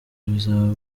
bizaba